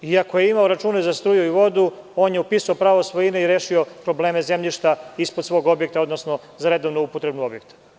Ako je još imao račune za struju i vodu, on je upisao pravo svojine i rešio probleme zemljišta ispod svog objekta odnosno za redovnu upotrebu objekta.